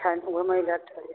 छनि घुमै लै चलु